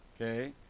okay